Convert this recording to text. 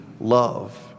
love